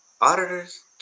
Auditors